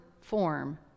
form